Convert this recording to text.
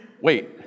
wait